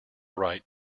right